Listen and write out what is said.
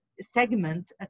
segment